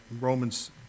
Romans